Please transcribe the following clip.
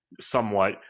somewhat